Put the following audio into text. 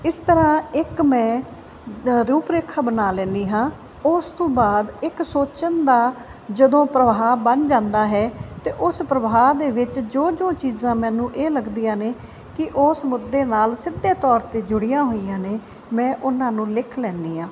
ਇਸ ਤਰ੍ਹਾਂ ਇੱਕ ਮੈਂ ਰੂਪ ਰੇਖਾ ਬਣਾ ਲੈਂਦੀ ਹਾਂ ਉਸ ਤੋਂ ਬਾਅਦ ਇੱਕ ਸੋਚਣ ਦਾ ਜਦੋਂ ਪ੍ਰਵਾਹ ਬਣ ਜਾਂਦਾ ਹੈ ਅਤੇ ਉਸ ਪ੍ਰਵਾਹ ਦੇ ਵਿੱਚ ਜੋ ਜੋ ਚੀਜ਼ਾਂ ਮੈਨੂੰ ਇਹ ਲੱਗਦੀਆਂ ਨੇ ਕਿ ਉਸ ਮੁੱਦੇ ਨਾਲ ਸਿੱਧੇ ਤੌਰ 'ਤੇ ਜੁੜੀਆਂ ਹੋਈਆਂ ਨੇ ਮੈਂ ਉਹਨਾਂ ਨੂੰ ਲਿਖ ਲੈਂਦੀ ਹਾਂ